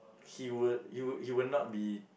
he would he would he would not be